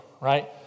right